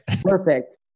Perfect